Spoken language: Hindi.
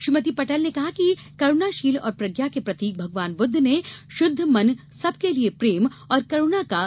श्रीमती पटेल ने कहा कि करुणाशील और प्रज्ञा के प्रतीक भगवान बुद्ध ने शुद्ध मन सबके लिए प्रेम और करुणा का संदेश दिया है